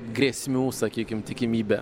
grėsmių sakykim tikimybė